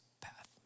path